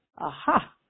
aha